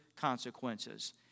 consequences